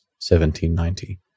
1790